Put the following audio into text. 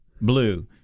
blue